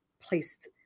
placed